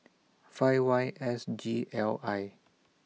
five Y S G L I